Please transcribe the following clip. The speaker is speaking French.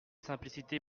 simplicité